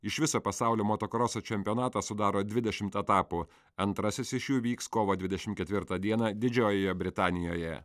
iš viso pasaulio motokroso čempionatą sudaro dvidešimt etapų antrasis iš jų vyks kovo dvidešimt ketvirtą dieną didžiojoje britanijoje